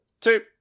two